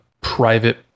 private